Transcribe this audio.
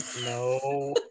No